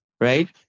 Right